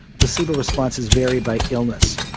placebo responses vary by illness.